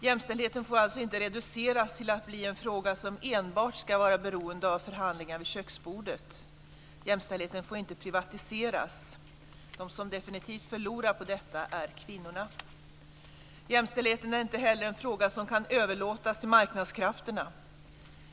Jämställdheten får alltså inte reduceras till att bli en fråga som enbart ska vara beroende av förhandlingar vid köksbordet. Jämställdheten får inte privatiseras. De som definitivt förlorar på detta är kvinnorna. Jämställdheten är inte heller en fråga som kan överlåtas till marknadskrafterna.